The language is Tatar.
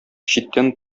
читтән